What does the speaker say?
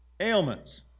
Ailments